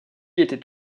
était